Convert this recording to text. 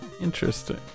Interesting